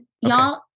y'all